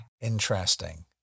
Interesting